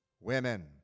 Women